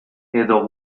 edo